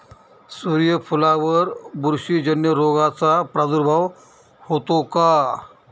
सूर्यफुलावर बुरशीजन्य रोगाचा प्रादुर्भाव होतो का?